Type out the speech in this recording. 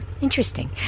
interesting